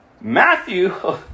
Matthew